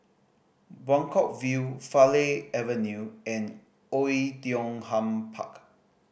Buangkok View Farleigh Avenue and Oei Tiong Ham Park